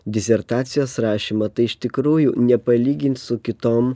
disertacijos rašymą tai iš tikrųjų nepalygint su kitom